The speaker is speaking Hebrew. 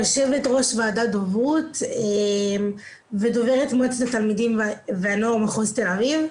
יושבת ראש ועדת דוברות ודוברת מועצת התלמידים והנוער מחוז תל אביב.